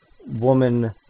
woman